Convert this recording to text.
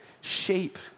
shape